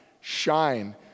shine